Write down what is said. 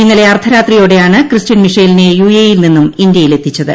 ഇന്നലെ അർദ്ധരാത്രിയോടെയാണ് ക്രിസ്റ്റ്യൻ മിഷേലിനെ യു എ യിൽ നിന്നും ഇന്ത്യയിലെത്തിച്ചത്